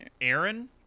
Aaron